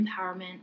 empowerment